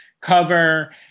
cover